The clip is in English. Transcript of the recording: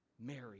Mary